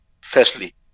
firstly